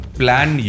plan